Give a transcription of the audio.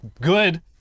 good